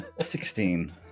Sixteen